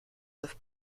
have